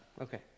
Okay